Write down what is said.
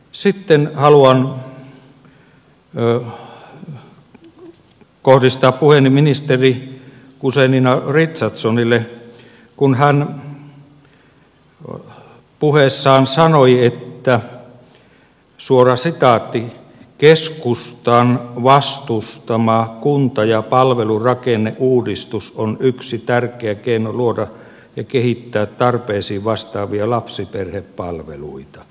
sitten haluan kohdistaa puheeni ministeri guzenina richardsonille kun hän puheessaan sanoi että keskustan vastustama kunta ja palvelurakenneuudistus on yksi tärkeä keino luoda ja kehittää tarpeisiin vastaavia lapsiperhepalveluita